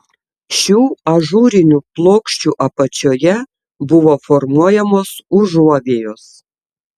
šių ažūrinių plokščių apačioje buvo formuojamos užuovėjos